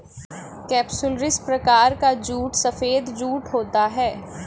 capsularis प्रकार का जूट सफेद जूट होता है